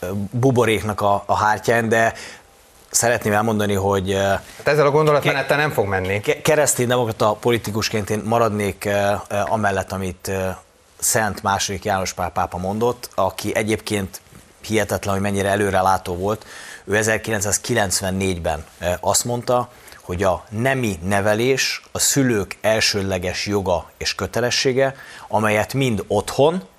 buboréknak a- a hátján, de szeretném elmondani, hogy, eh, Hát ezzel a gondolatmenettel nem fog menni. ke- keresztény demokrata politikusként én maradnék, eh, eh, amellett, amit, eh, Szent II. János Pál pápa mondott, aki egyébként hihetetlen, hogy mennyire előrelátó volt. Ő 1994-ben eh, azt mondta, hogy a nemi nevelés a szülők elsődleges joga és kötelessége, amelyet mind otthon,